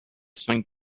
cinq